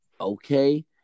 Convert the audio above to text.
okay